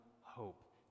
hope